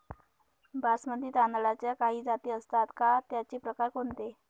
बासमती तांदळाच्या काही जाती असतात का, त्याचे प्रकार कोणते?